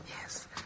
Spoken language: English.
Yes